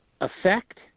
effect